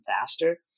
faster